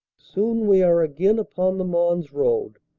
soon we are again upon the mons road,